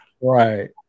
Right